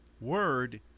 word